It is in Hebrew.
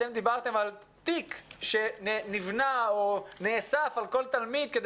אתם דיברתם תיק שנאסף על כל תלמיד כדי